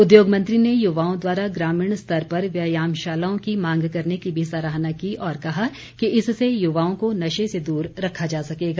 उद्योग मंत्री ने युवाओं द्वारा ग्रामीण स्तर पर व्यायामशालाओं की मांग करने की भी सराहना की और कहा कि इससे युवाओं को नशे से दूर रखा जा सकेगा